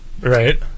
right